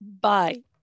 Bye